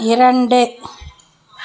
இரண்டு